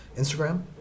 Instagram